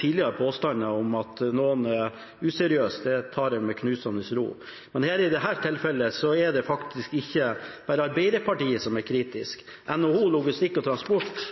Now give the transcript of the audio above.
tidligere påstander om at noen er useriøs, tar jeg med knusende ro. I dette tilfellet er det ikke bare Arbeiderpartiet som er kritisk. NHO Logistikk og Transport,